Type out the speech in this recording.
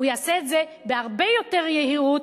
הוא יעשה את זה בהרבה יותר יהירות,